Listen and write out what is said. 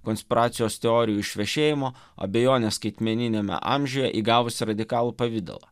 konspiracijos teorijų išvešėjimo abejonė skaitmeniniame amžiuje įgavusi radikalų pavidalą